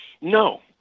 No